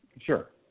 Sure